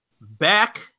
back